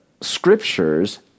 scriptures